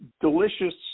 delicious